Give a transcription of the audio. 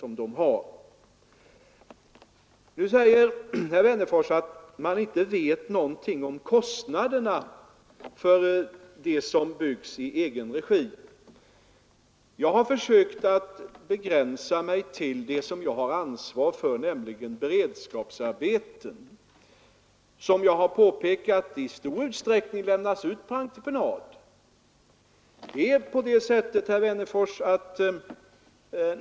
Herr Wennerfors säger nu, att man inte vet någonting om kostnaderna för det som byggs i egen regi. Jag har försökt att begränsa mig till det som jag har ansvar för, nämligen beredskapsarbeten som i stor utsträckning lämnas ut på entreprenad.